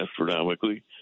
astronomically